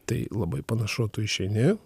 tai labai panašu tu išeini